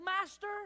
master